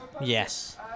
Yes